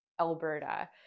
Alberta